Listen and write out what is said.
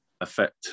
affect